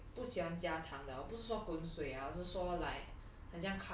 我喝水不喜欢加糖的不是说滚水 ah 是说 like